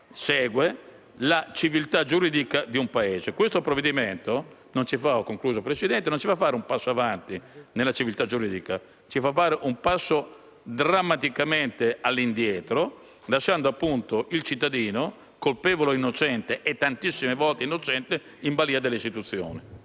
deriva la civiltà giuridica di un Paese. Questo provvedimento non ci fa fare un passo avanti nella civiltà giuridica, ma un passo drammaticamente all'indietro, lasciando il cittadino colpevole o innocente - e tantissime volte innocente - in balia delle istituzioni.